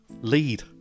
Lead